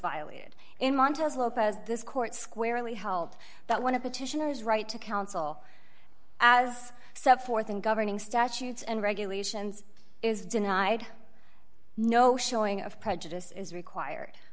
violated in monticello pose this court squarely help that one of petitioners right to counsel as so forth in governing statutes and regulations is denied no showing of prejudice is required